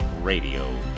Radio